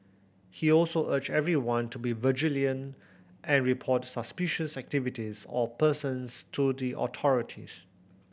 he also urged everyone to be vigilant and report suspicious activities or persons to the authorities